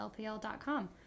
LPL.com